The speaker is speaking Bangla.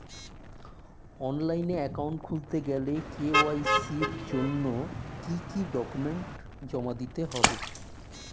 অনলাইন একাউন্ট খুলতে গেলে কে.ওয়াই.সি জন্য কি কি ডকুমেন্ট জমা দিতে হবে?